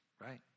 right